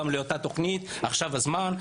גם לתוכנית "עכשיו זה הזמן".